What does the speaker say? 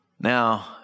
Now